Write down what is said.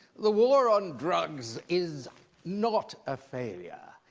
the war on drugs is not a failure,